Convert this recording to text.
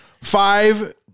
Five